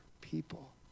people